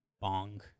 Bong